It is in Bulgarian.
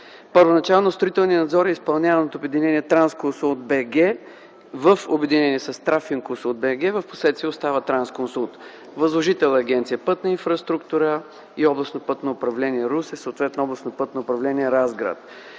Първоначално строителният надзор е изпълняван от „Трансконсулт-БГ” в обединение с „Трафик Консулт БГ”, впоследствие остава „Трансконсулт”. Възложител е Агенция „Пътна инфраструктура” и Областно пътно управление – Русе, съответно Областно пътно управление – Разград.